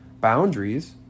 boundaries